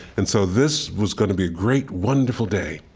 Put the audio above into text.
and so this was going to be a great, wonderful day